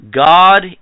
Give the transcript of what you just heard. God